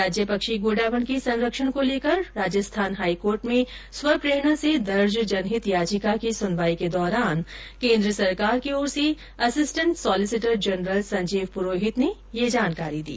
राज्य पक्षी गोडावण के संरक्षण को लेकर राजस्थान हाईकोर्ट में स्वप्रेरणा से दर्ज जनहित याचिका की सुनवाई के दौरान केंद्र सरकार की ओर से assistant solicitor general Sanjeet Purohit ने यह जानकारी दी